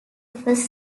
first